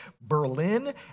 Berlin